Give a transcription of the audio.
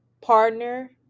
partner